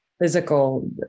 physical